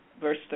Verse